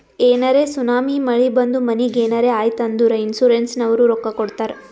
ಏನರೇ ಸುನಾಮಿ, ಮಳಿ ಬಂದು ಮನಿಗ್ ಏನರೇ ಆಯ್ತ್ ಅಂದುರ್ ಇನ್ಸೂರೆನ್ಸನವ್ರು ರೊಕ್ಕಾ ಕೊಡ್ತಾರ್